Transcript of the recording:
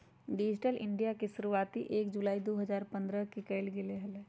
digital India के शुरुआती एक जुलाई दु हजार पन्द्रह के कइल गैले हलय